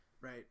Right